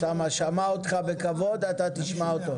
רגע אוסאמה, שמע אותך בכבוד, אתה תשמע אותו.